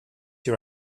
your